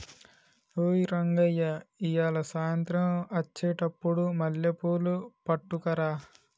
ఓయ్ రంగయ్య ఇయ్యాల సాయంత్రం అచ్చెటప్పుడు మల్లెపూలు పట్టుకరా